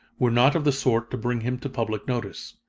were not of the sort to bring him to public notice.